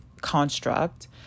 construct